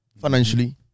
financially